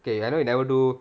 okay I know you never do